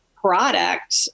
product